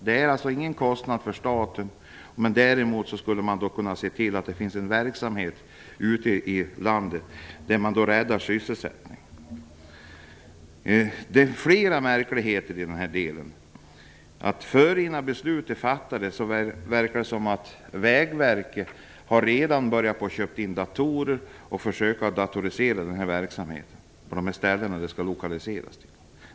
Den medför ingen kostnad för staten, och man skulle genom den kunna ha en verksamhet ute i landet som räddar sysselsättningen. Det finns fler märkligheter; redan nu, innan beslut fattats i frågan, verkar det som om Vägverket har börjat att köpa in datorer och börjat att datorisera verksamheten på de ställen dit den skall lokaliseras.